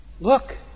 Look